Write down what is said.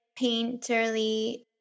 painterly